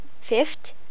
Fifth